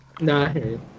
No